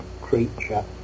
creature